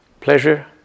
pleasure